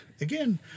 again